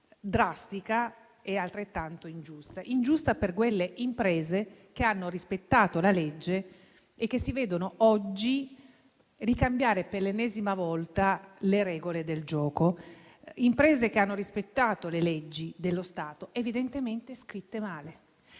drastica e altrettanto ingiusta per le imprese che hanno rispettato la legge e si vedono oggi cambiare per l'ennesima volta le regole del gioco: tali imprese hanno rispettato leggi dello Stato evidentemente scritte male.